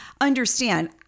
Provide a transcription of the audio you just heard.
understand